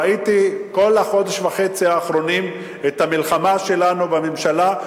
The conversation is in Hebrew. ראיתי כל החודש וחצי האחרונים את המלחמה שלנו בממשלה,